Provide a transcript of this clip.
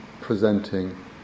presenting